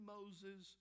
Moses